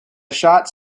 shots